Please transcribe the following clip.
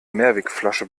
mehrwegflasche